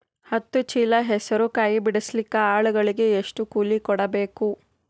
ಹತ್ತು ಚೀಲ ಹೆಸರು ಕಾಯಿ ಬಿಡಸಲಿಕ ಆಳಗಳಿಗೆ ಎಷ್ಟು ಕೂಲಿ ಕೊಡಬೇಕು?